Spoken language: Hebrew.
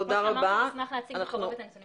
כאמור, נשמח להציג את הנתונים בקרוב.